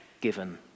given